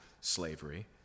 slavery